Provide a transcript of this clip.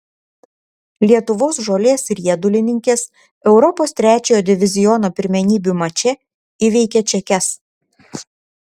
lietuvos žolės riedulininkės europos trečiojo diviziono pirmenybių mače įveikė čekes